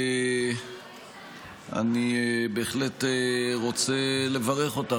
אני בהחלט רוצה לברך אותך,